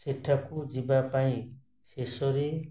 ସେଠାକୁ ଯିବା ପାଇଁ ଶେଷରେ